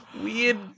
weird